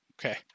Okay